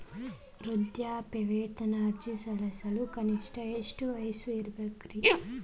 ವೃದ್ಧಾಪ್ಯವೇತನ ಅರ್ಜಿ ಸಲ್ಲಿಸಲು ಕನಿಷ್ಟ ಎಷ್ಟು ವಯಸ್ಸಿರಬೇಕ್ರಿ?